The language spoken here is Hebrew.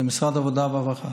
זה משרד העבודה והרווחה.